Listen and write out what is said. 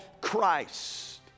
christ